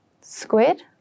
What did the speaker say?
Squid